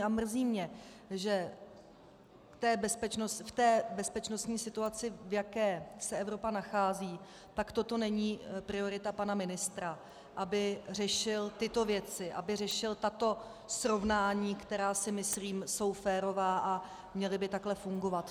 A mrzí mě, že v té bezpečnostní situaci, v jaké se Evropa nachází, toto není priorita pana ministra, aby řešil tyto věci, aby řešil tato srovnání, která, myslím, jsou férová a měla by takhle fungovat.